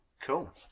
cool